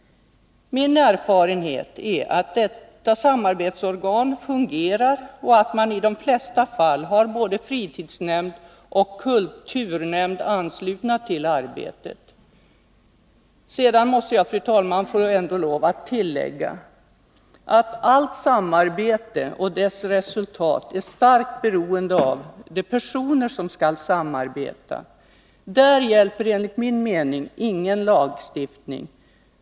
Min erfarenhet är att det samarbetsorgan som cirkuläret handlar om fungerar och att man i de flesta fall har både fritidsnämnd och kulturnämnd anslutna till arbetet. Sedan måste jag få lov att tillägga att allt samarbete och dess resultat är starkt beroende av de personer som skall samarbeta. Där hjälper enligt min mening ingen lagstiftning.